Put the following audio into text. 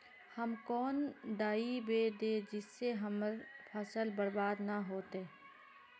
हम कौन दबाइ दैबे जिससे हमर फसल बर्बाद न होते?